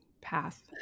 path